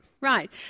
right